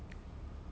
okay okay